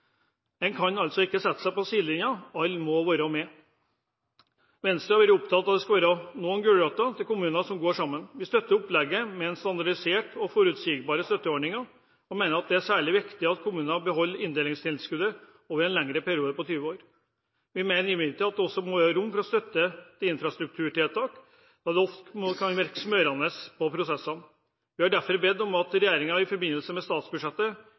kan altså ikke sette seg på sidelinjen. Alle må være med. Venstre har vært opptatt av at det skal være noen gulrøtter til kommuner som går sammen. Vi støtter opplegget med standardiserte og forutsigbare støtteordninger, og mener det er særlig viktig at kommunene beholder inndelingstilskuddet over en lengre periode på 20 år. Vi mener imidlertid at det også bør være rom for støtte til infrastrukturtiltak, da dette ofte kan virke smørende på prosessene. Vi har derfor bedt om at regjeringen i forbindelse med statsbudsjettet